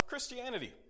Christianity